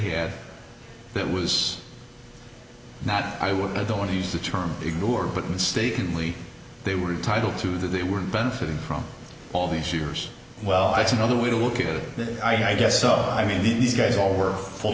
it was not i would i don't want to use the term ignored but mistakenly they were entitled to that they were benefiting from all these years well that's another way to look at it i guess so i mean these guys all work full